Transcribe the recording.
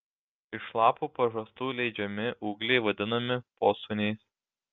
iš lapų pažastų leidžiami ūgliai vadinami posūniais